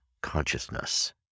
consciousness